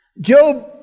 Job